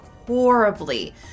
horribly